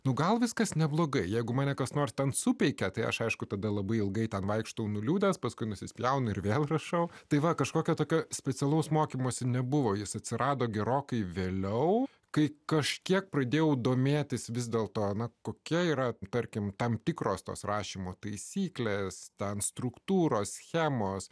nu gal viskas neblogai jeigu mane kas nors ten supeikė tai aš aišku tada labai ilgai ten vaikštau nuliūdęs paskui nusispjaunu ir vėl rašau tai va kažkokia tokio specialaus mokymosi nebuvo jis atsirado gerokai vėliau kai kažkiek pradėjau domėtis vis dėl to ana kokia yra tarkim tam tikros tos rašymo taisyklės ten struktūros schemos